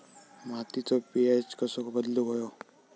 मातीचो पी.एच कसो बदलुक होयो?